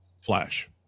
flash